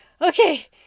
okay